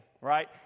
right